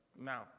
now